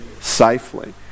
safely